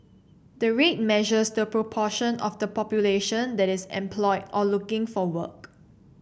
the rate measures the proportion of the population that is employed or looking for work